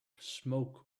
smoke